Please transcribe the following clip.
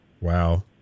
Wow